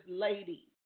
lady